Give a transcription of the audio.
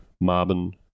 Marvin